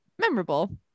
memorable